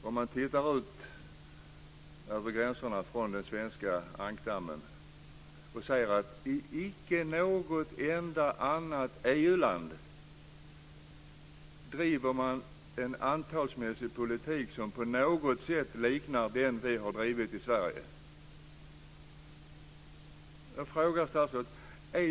Om man tittar ut över gränserna från den svenska ankdammen ser man att icke något enda annat EU-land driver en politik som antalsmässigt liknar den politik som vi har drivit i Jag har en fråga till statsrådet.